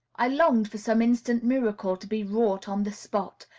i longed for some instant miracle to be wrought on the spot,